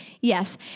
Yes